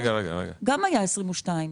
היינו מביאים שינוי חקיקה לתקנות העיקריות,